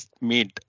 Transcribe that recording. made